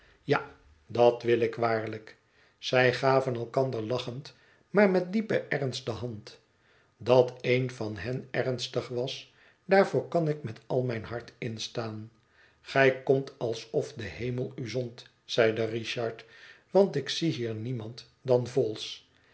ja dat wil ik waarlijk zij gaven elkander lachend maar met diepen ernst de hand dat één van hen ernstig was daarvoor kan ik met al mijn hart instaan gij komt alsof de hemel u zond zeide richard want ik zie hier niemand dan vholes